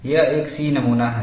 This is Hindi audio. यह एक C नमूना है